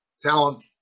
talent